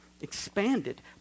expanded